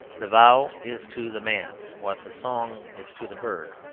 the vow is to the man what the song is to the bird,